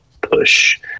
push